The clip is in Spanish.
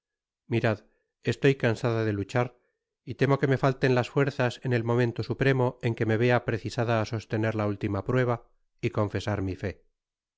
piés mirad estoy cansada de luchar y temo que me falten las fuerzas en el momento supremo en que me vea precisada á sostener la última prueba y confesar mi fe